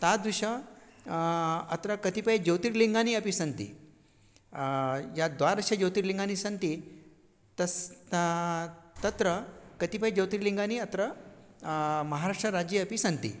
तादृशम् अत्र कतिपयज्योतिर्लिङ्गानि अपि सन्ति यद् द्वादश ज्योतिर्लिङ्गानि सन्ति तस् तत्र कतिपयज्योतिर्लिङ्गानि अत्र महाराष्ट्रराज्ये अपि सन्ति